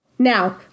Now